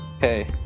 hey